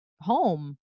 home